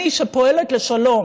אני, שפועלת לשלום